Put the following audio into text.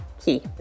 key